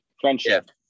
Friendship